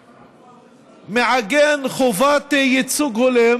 שמעגן חובת ייצוג הולם